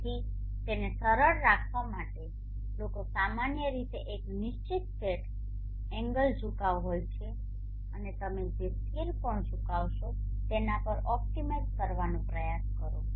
તેથી તેને સરળ રાખવા માટે લોકો સામાન્ય રીતે એક નિશ્ચિત સેટ એન્ગલ ઝુકાવ હોય છે અને તમે જે સ્થિર કોણ ઝુકાવશો તેના પર ઓપ્ટિમાઇઝ કરવાનો પ્રયાસ કરો